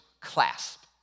clasp